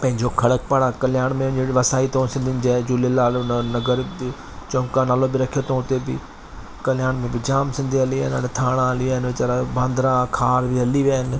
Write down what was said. पंहिंजो खढ़क पणि आहे कल्याण में जो वञी वसाई अथऊं सिंधी जे जय झूलेलाल हुन जो नगर बि चमका नालो बि रखियो अथऊं हुते बि कल्याण में बि जाम सिंधी हली विया आहिनि ऐं थाणा हली रहियां आहिनि बांद्रा खार बि हली विया आहिनि